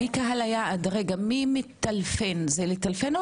זה לטלפן?